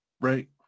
right